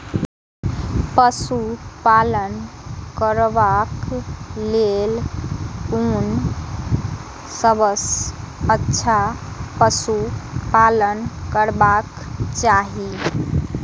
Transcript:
पशु पालन करबाक लेल कोन सबसँ अच्छा पशु पालन करबाक चाही?